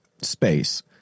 space